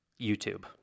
YouTube